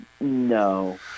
No